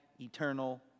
eternal